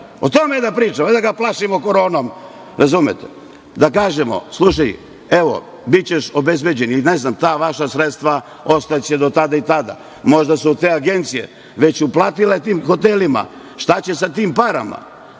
O tome da pričamo, a ne da ga plašimo Koronom, razumete. Da kažemo - slušaj, evo, bićeš obezbeđen i ne znam ta vaša sredstva ostaće do tada i tada. Možda su te agencije već uplatile tim hotelima, šta će sa tim parama?